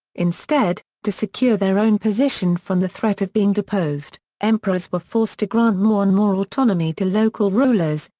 instead, to secure their own position from the threat of being deposed, emperors were forced to grant more and more autonomy to local rulers,